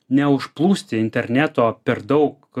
ne užplūsti interneto per daug